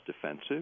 defensive